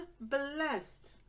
blessed